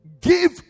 give